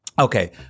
Okay